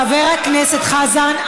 חבר הכנסת חזן,